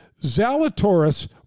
Zalatoris